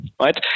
right